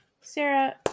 Sarah